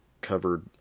covered